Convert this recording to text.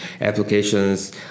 applications